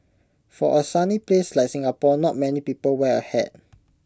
for A sunny place like Singapore not many people wear A hat